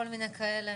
כל מיני כאלה.